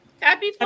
Happy